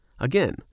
again